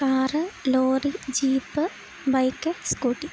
car lorry jeep bike scooty